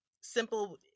simple